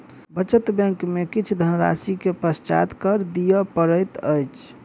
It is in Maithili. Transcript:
बचत बैंक में किछ धनराशि के पश्चात कर दिअ पड़ैत अछि